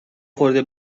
خورده